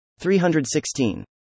316